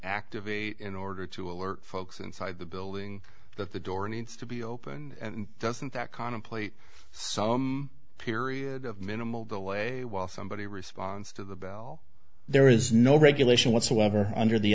activate in order to alert folks inside the building that the door needs to be open and doesn't that contemplate some period of minimal delay while somebody responds to the bell there is no regulation whatsoever under the